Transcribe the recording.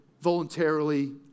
voluntarily